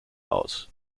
aus